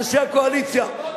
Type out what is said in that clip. אנשי הקואליציה,